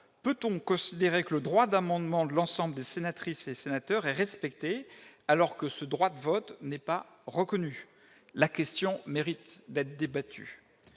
peut-on considérer que le droit d'amendement de l'ensemble des sénatrices et sénateurs et respecté, alors que ce droit de vote n'est pas reconnu la question mérite d'être débattue,